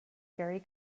very